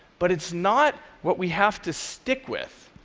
but it's not what we have to stick with,